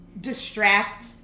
distract